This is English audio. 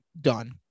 done